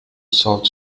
sault